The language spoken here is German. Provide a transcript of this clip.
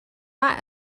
war